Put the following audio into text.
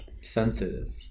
Sensitive